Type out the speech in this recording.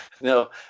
no